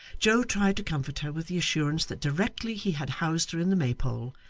joe tried to comfort her with the assurance that directly he had housed her in the maypole,